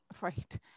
right